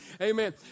Amen